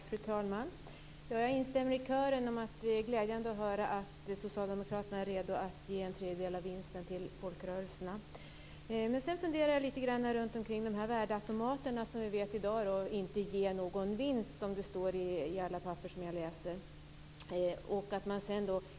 Fru talman! Jag instämmer i kören: Det är glädjande att höra att socialdemokraterna är redo att ge en tredjedel av vinsten till folkrörelserna. Men sedan funderar jag lite grann runt de värdeautomater som vi vet i dag inte ger någon vinst, som det står i alla papper som jag har läst.